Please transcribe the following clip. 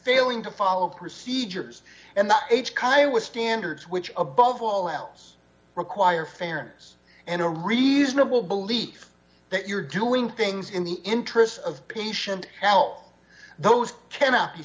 failing to follow procedures and that each cause standards which above all else require fairness and a reasonable belief that you're doing things in the interests of patient health those cannot be